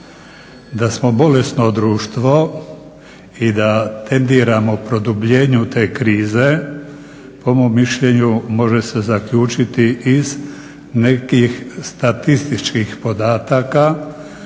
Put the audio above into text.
da smo bolesno društvo i da tendiramo produbljenju te krize. Po mom mišljenju može se zaključiti iz nekih statističkih podataka,